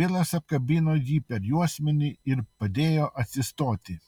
vilas apkabino jį per juosmenį ir padėjo atsistoti